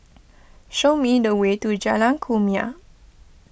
show me the way to Jalan Kumia